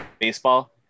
baseball